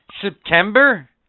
September